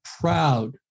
proud